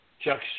Chuck